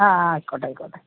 ആ ആ ആയിക്കോട്ടെ ആയിക്കോട്ടെ